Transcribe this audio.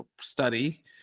study